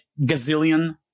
gazillion